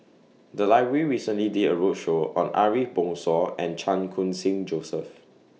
The Library recently did A roadshow on Ariff Bongso and Chan Khun Sing Joseph